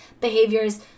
behaviors